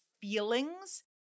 feelings